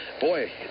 Boy